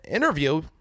Interview